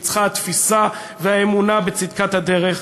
ניצחה התפיסה והאמונה בצדקת הדרך,